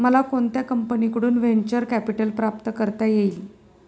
मला कोणत्या कंपनीकडून व्हेंचर कॅपिटल प्राप्त करता येईल?